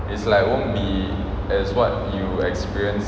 it's like won't be as what you experience